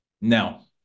now